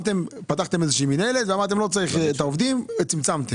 פתחתם איזושהי מינהלת ואמרתם שלא צריך את העובדים וצמצמתם.